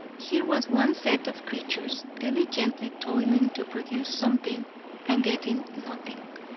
here was one set of creatures diligently toiling to produce something and getting nothing,